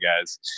guys